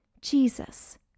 Jesus